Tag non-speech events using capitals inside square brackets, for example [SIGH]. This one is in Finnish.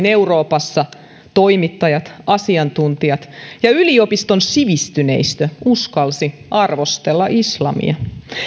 [UNINTELLIGIBLE] euroopassa toimittajat asiantuntijat ja yliopiston sivistyneistö uskalsivat arvostella islamia